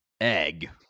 egg